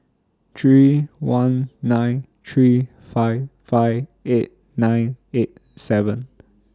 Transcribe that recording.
three one nine three five five eight nine eight seven